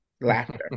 laughter